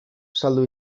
saldu